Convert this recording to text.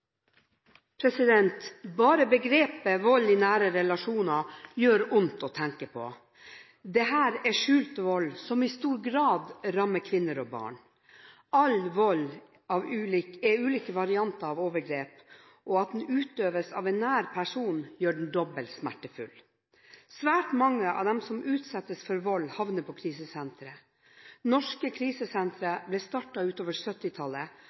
skjult vold som i stor grad rammer kvinner og barn. All vold er ulike varianter av overgrep, og at den utøves av en nær person, gjør den dobbelt smertefull. Svært mange av dem som utsettes for vold, havner på krisesentre. Norske krisesentre ble startet utover